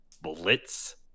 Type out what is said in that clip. Blitz